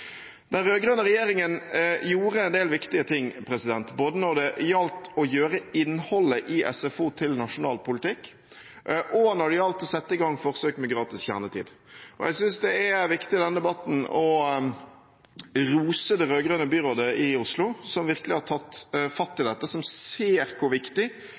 Den rød-grønne regjeringen gjorde en del riktige ting både når det gjaldt å gjøre innholdet i SFO til nasjonal politikk, og når det gjaldt å sette i gang forsøk med gratis kjernetid. Jeg synes det er viktig i denne debatten å rose det rød-grønne byrådet i Oslo som virkelig har tatt fatt i dette, som ser hvor viktig